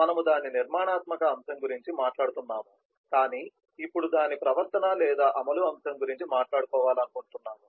మనము దాని నిర్మాణాత్మక అంశం గురించి మాట్లాడుతున్నాము కానీ ఇప్పుడు దాని ప్రవర్తన లేదా అమలు అంశం గురించి మాట్లాడాలనుకుంటున్నాము